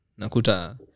Nakuta